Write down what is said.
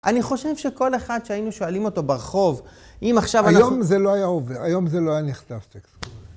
אני חושב שכל אחד שהיינו שואלים אותו ברחוב, אם עכשיו אנחנו... היום זה לא היה עובר, היום זה לא היה נכתב טקסט כזה